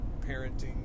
parenting